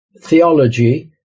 theology